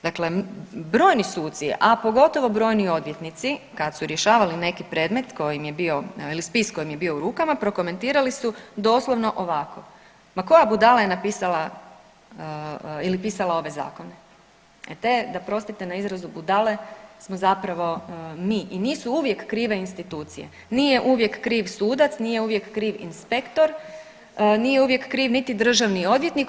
Dakle, brojni suci a pogotovo brojni odvjetnici kad su rješavali neki predmet koji im je bio, ili spis koji im je bio u rukama prokomentirali su doslovno ovako: „Ma koja budala je pisala te zakone?“ Te da prostite na izrazu budale smo zapravo mi i nisu uvijek krive institucije, nije uvijek kriv sudac, nije uvijek kriv inspektor, nije uvijek kriv niti državni odvjetnik.